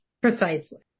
Precisely